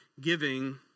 giving